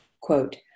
Quote